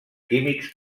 químics